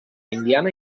indiana